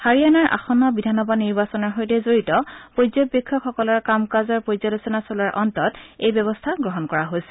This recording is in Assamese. হাৰিয়াণাৰ আসন্ন বিধানসভা নিৰ্বাচনৰ সৈতে জড়িত পৰ্যবেক্ষকসকলৰ কাম কাজৰ পৰ্যালোচনা চলোৱাৰ অন্তত এই ব্যৱস্থা গ্ৰহণ কৰা হৈছে